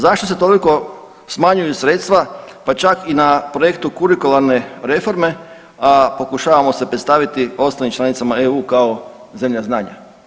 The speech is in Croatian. Zašto se toliko smanjuju sredstva pa čak i na projektu kurikularne reforme, a pokušavamo se predstaviti ostalim članicama EU kao zemlja znanja?